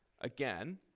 again